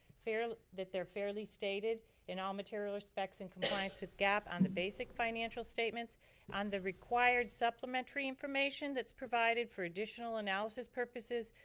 that they're fairly stated in all material respects in compliance with gap and the basic financial statements and the required supplementary information that's provided for additional analysis purposes.